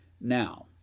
Now